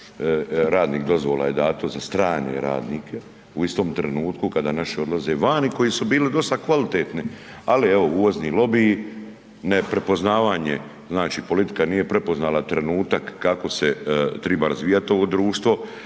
radnih dozvola je dato za strane radnike u istom trenutku kada naši odlaze vani koji su bili dosta kvalitetni, ali evo uvozni lobiji, neprepoznavanje, znači politika nije prepoznala trenutak kako se triba razvijat ovo društvo,